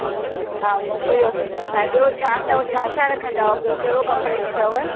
हा मोकिलियो ऐं ॿियो छा अथव छा छा रखंदा आहियो ॿियो कहिड़ो कपिड़े में अथव